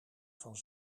van